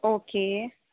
okay